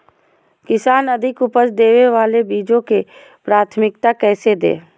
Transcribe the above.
किसान अधिक उपज देवे वाले बीजों के प्राथमिकता कैसे दे?